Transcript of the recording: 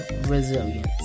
resilience